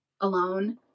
alone